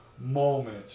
moment